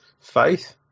faith